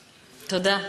תודה,